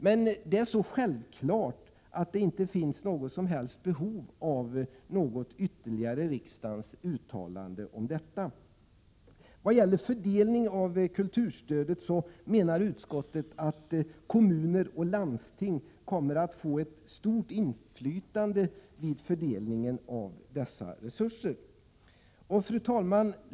Men detta är så självklart att det inte behövs något ytterligare uttalande från riksdagen. Utskottet menar att kommuner och landsting kommer att få ett stort inflytande över fördelningen av kulturstödet. Fru talman!